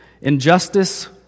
Injustice